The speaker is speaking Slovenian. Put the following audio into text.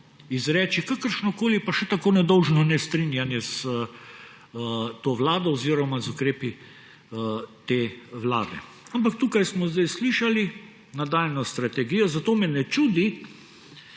izreči kakršnokoli, pa še tako nedolžno nestrinjanje s to vlado oziroma z ukrepi te vlade. Ampak tukaj smo zdaj slišali nadaljnjo strategijo, zato me ne čudi